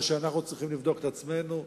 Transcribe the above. או שאנחנו צריכים לבדוק את עצמנו,